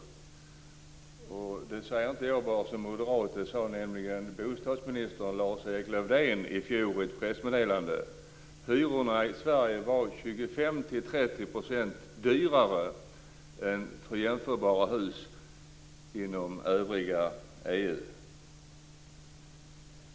Det säger inte bara jag som moderat, utan det sade bostadsminister Lars-Erik Lövdén i fjol i ett pressmeddelande. Hyrorna i Sverige var 25 30 % högre än i jämförbara hus inom övriga EU.